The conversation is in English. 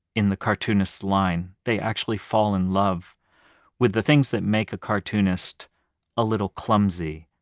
in the cartoonist line, they actually fall in love with the things that make a cartoonist a little clumsy,